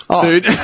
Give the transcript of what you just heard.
Dude